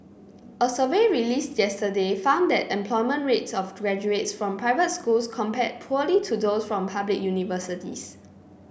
a survey released yesterday found that employment rates of graduates from private schools compared poorly to those from public universities